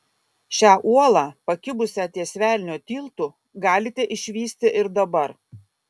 šią uolą pakibusią ties velnio tiltu galite išvysti ir dabar